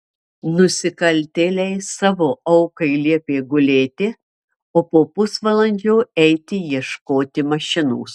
nusikaltėliai savo aukai liepė gulėti o po pusvalandžio eiti ieškoti mašinos